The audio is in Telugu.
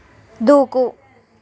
దూకు